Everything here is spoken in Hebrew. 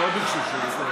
לא ביקשו.